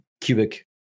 cubic